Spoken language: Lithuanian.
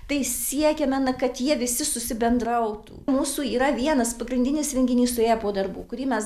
tai siekiame na kad jie visi susibendrautų mūsų yra vienas pagrindinis renginys suėję po darbų kurį mes